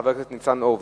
חבר הכנסת ניצן הורוביץ,